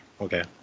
okay